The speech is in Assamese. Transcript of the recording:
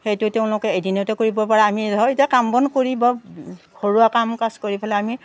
সেইটো তেওঁলোকে এদিনতে কৰিব পাৰে আমি হয় এতিয়া কাম বন কৰি ব ঘৰুৱা কাম কাজ কৰি পেলাই আমি